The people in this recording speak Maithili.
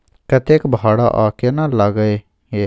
कतेक भाड़ा आ केना लागय ये?